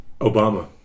Obama